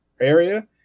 area